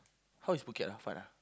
how is Phuket ah fun ah